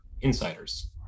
insiders